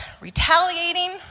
retaliating